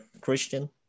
Christian